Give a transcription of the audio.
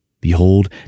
Behold